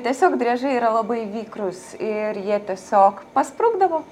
tiesiog driežai yra labai vikrūs ir jie tiesiog pasprukdavo